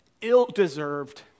ill-deserved